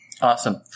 Awesome